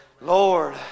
lord